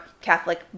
Catholic